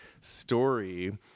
story